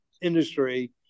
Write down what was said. industry